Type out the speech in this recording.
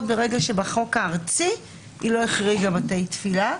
ברגע שבחוק הארצי היא לא החריגה בתי תפילה.